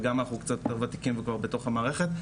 וגם אנחנו קצת יותר ותיקים וכבר בתוך המערכת.